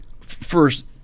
first